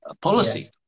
policy